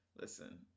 listen